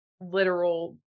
literal